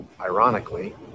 ironically